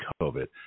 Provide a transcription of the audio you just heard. COVID